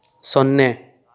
ಸೊನ್ನೆ